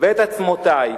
"ואת עצמותי,